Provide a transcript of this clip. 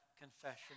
confession